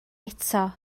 eto